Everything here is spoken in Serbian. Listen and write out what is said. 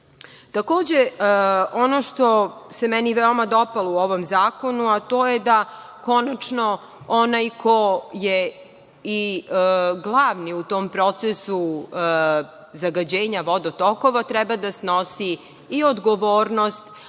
značajno. Ono što se meni veoma dopalo u ovom zakonu, a to je da konačno onaj ko je i glavni u tom procesu zagađenja vodotokova, treba da snosi i odgovornost,